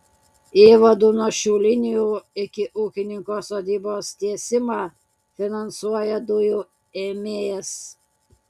įvadų nuo šių linijų iki ūkininko sodybos tiesimą finansuoja dujų ėmėjas